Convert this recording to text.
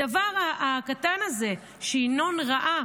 בדבר הקטן הזה שינון ראה